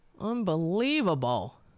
Unbelievable